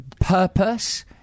purpose